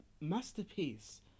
masterpiece